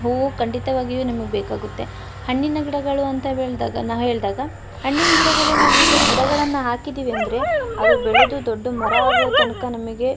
ಹೂವು ಖಂಡಿತವಾಗಿಯು ನಮಗ್ ಬೇಕಾಗುತ್ತೆ ಹಣ್ಣಿನ ಗಿಡಗಳು ಅಂತ ಬೆಳೆದಾಗ ನ ಹೇಳಿದಾಗ ಹಣ್ಣಿನ ಗಿಡಗಳು ನಾವೀಗ ಗಿಡಗಳನ್ನು ಹಾಕಿದ್ದೀವಿ ಅಂದರೆ ಅದು ಬೆಳೆದು ದೊಡ್ಡ ಮರ ಆಗೋ ತನಕ ನಮಗೆ